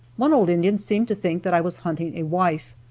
one old indian seemed to think that i was hunting a wife,